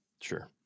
sure